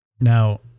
Now